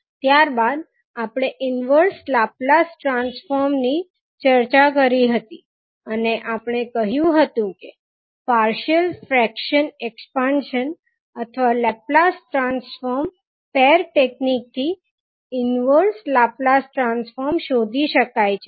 ત્યારબાદ આપણે inverse Laplace transform ની ચર્ચા કરી હતી અને આપણે ક્યુ હતું કે પાર્શિયલ ફ્રેક્શન એક્સ્પાન્શન અથવા લાપ્લાસ ટ્રાન્સફોર્મ પેર ટેક્નિક થી ઇન્વર્સ લાપ્લાસ ટ્રાન્સફોર્મ શોધી શકાય છે